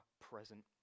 present